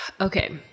okay